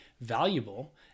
valuable